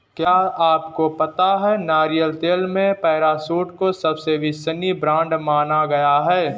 क्या आपको पता है नारियल तेल में पैराशूट को सबसे विश्वसनीय ब्रांड माना गया है?